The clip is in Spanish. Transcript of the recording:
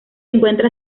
encuentra